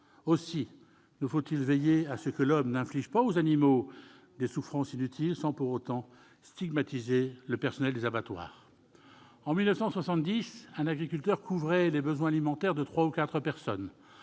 Aussi nous faut-il veiller à ce que l'homme n'inflige pas aux animaux des souffrances inutiles, sans pour autant stigmatiser le personnel des abattoirs. Tout à fait ! En 1970, un agriculteur couvrait les besoins alimentaires de trois ou quatre personnes.